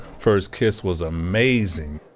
first kiss was amazing